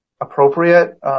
appropriate